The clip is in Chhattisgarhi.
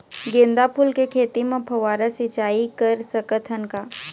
गेंदा फूल के खेती म फव्वारा सिचाई कर सकत हन का?